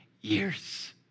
years